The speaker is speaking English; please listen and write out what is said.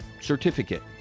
certificate